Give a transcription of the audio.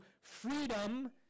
freedom